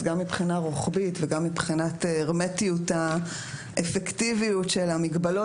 אז גם מבחינה רוחבית וגם מבחינת הרמטיות האפקטיביות של המגבלות,